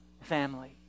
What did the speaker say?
family